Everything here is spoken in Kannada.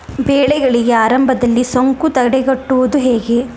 ಬೆಳೆಗಳಿಗೆ ಆರಂಭದಲ್ಲಿ ಸೋಂಕು ತಡೆಗಟ್ಟುವುದು ಹೇಗೆ?